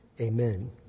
Amen